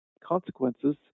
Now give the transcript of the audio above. consequences